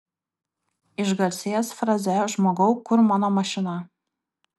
išgarsėjęs fraze žmogau kur mano mašina